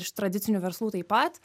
iš tradicinių verslų taip pat